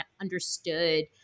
understood